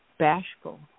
bashful